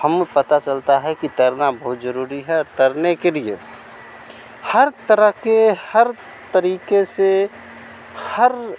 हमें पता चलता है कि तैरना बहुत ज़रूरी है और तैरने के लिए हर तरह के हर तरीक़े से हर